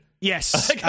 Yes